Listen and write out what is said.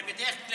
בבקשה,